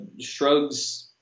shrugs